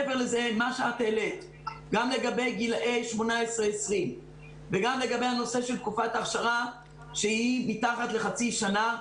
לגבי גילאי 18-20 וגם לגבי הנושא של תקופת האכשרה שהיא מתחת לחצי שנה,